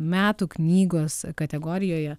metų knygos kategorijoje